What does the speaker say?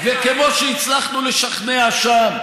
וכמו שהצלחנו לשכנע שם,